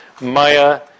Maya